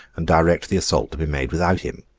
and direct the assault to be made without him.